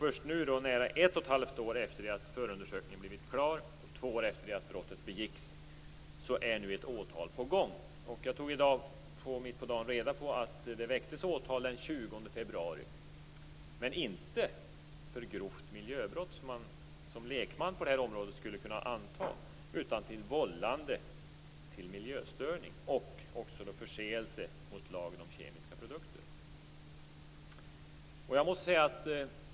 Först nu, nära ett och ett halvt år efter det att förundersökningen blivit klar och två år efter det att brottet begicks, är ett åtal på gång. Jag tog i dag reda på att det väcktes åtal den 20 februari. Men åtalet gällde inte grovt miljöbrott, som man som lekman på det här området skulle kunna anta, utan vållande till miljöstörning och förseelse mot lagen om kemiska produkter.